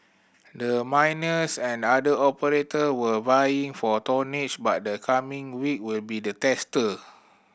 the miners and other operator were vying for tonnage but the coming week will be the tester